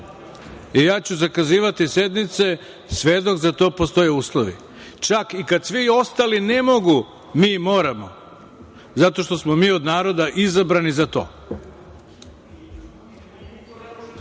i ja ću zakazivati sednice sve dok za to postoje uslovi. Čak i kad svi ostali ne mogu, mi moramo zato što smo mi od naroda izabrani za to.